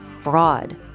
Fraud